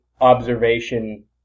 observation